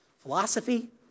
Philosophy